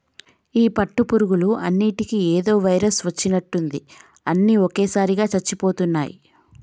ఈ పట్టు పురుగులు అన్నిటికీ ఏదో వైరస్ వచ్చినట్టుంది అన్ని ఒకేసారిగా చచ్చిపోతున్నాయి